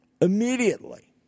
immediately